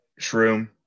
shroom